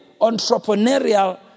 entrepreneurial